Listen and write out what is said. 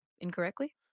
incorrectly